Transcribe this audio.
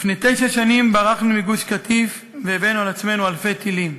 לפני תשע שנים ברחנו מגוש-קטיף והבאנו על עצמנו אלפי טילים.